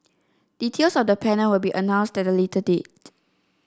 details of the panel will be announced at a later date